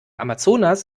amazonas